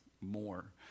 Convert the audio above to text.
more